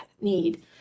need